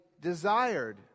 desired